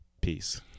Peace